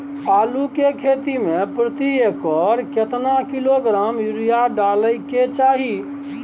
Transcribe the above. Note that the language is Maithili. आलू के खेती में प्रति एकर केतना किलोग्राम यूरिया डालय के चाही?